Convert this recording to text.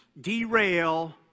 derail